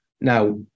Now